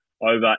over